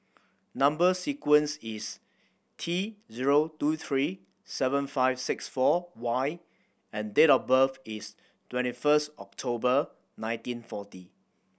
number sequence is T zero two three seven five six four Y and date of birth is twenty first October nineteen forty